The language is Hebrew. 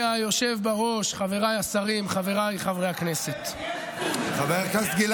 חברי הכנסת, הנושא הבא